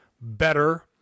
better